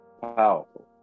Powerful